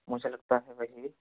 मुझे लगता है वही है